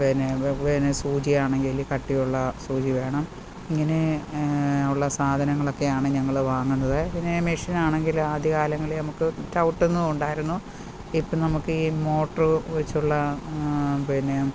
പിന്നെ പിന്നെ സൂചി ആണെങ്കിലും കട്ടി ഉള്ള സൂചി വേണം ഇങ്ങനെ ഉള്ള സാധനങ്ങളൊക്കെ ആണ് ഞങ്ങൾ വാങ്ങുന്നത് പിന്നെ മെഷിനാണെങ്കിലും ആദ്യ കാലങ്ങളിൽ നമ്മൾക്ക് ചവുട്ടുന്ന ഉണ്ടായിരുന്നു ഇപ്പം നമ്മൾക്ക് മോട്ടർ വച്ചുള്ള പിന്നെ